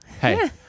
Hey